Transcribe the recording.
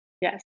Yes